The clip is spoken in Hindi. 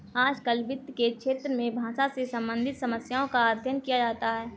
आजकल वित्त के क्षेत्र में भाषा से सम्बन्धित समस्याओं का अध्ययन किया जाता है